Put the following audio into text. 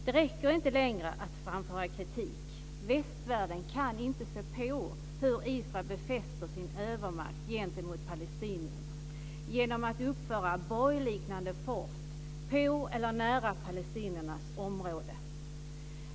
Det räcker inte längre att framföra kritik. Västvärlden kan inte se på hur Israel befäster sin övermakt gentemot palestinierna, genom att uppföra borgliknande fort på eller nära palestiniernas område.